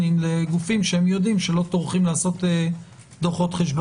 לגופים שהם יודעים שלא טורחים לעשות דוחות חשבונאיים.